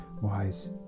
wise